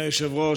אדוני היושב-ראש,